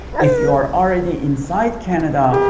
if you are already inside canada,